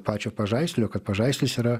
pačio pažaislio kad pažaislis yra